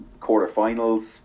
quarterfinals